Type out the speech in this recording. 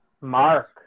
Mark